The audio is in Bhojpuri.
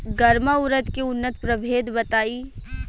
गर्मा उरद के उन्नत प्रभेद बताई?